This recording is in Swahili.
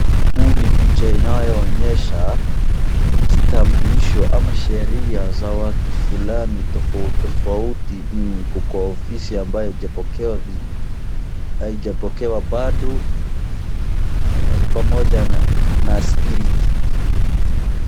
Kitambulisho ama sheria za watu fulani tofauti tofauti yenye iko kwa ofisi yenye haijapokewa vizuri pamoja na spirit .